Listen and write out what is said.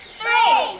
three